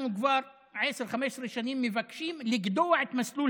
אנחנו כבר 10 15 שנים מבקשים לגדוע את מסלול